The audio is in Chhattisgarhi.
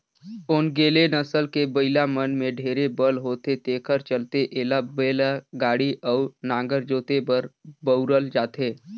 ओन्गेले नसल के बइला मन में ढेरे बल होथे तेखर चलते एला बइलागाड़ी अउ नांगर जोते बर बउरल जाथे